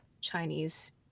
chinese